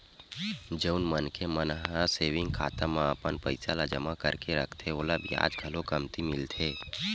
जउन मनखे मन ह सेविंग खाता म अपन पइसा ल जमा करके रखथे ओला बियाज घलो कमती मिलथे